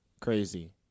crazy